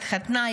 התחתנה,